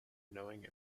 knowing